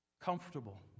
Comfortable